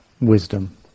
wisdom